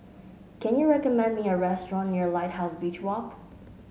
can you recommend me a restaurant near Lighthouse Beach Walk